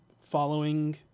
following